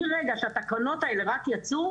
מרגע שהתקנות האלה יצאו,